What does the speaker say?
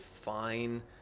fine